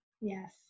Yes